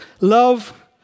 Love